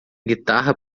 guitarra